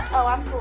oh, i'm